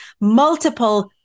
multiple